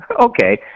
Okay